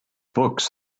books